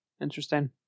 Interesting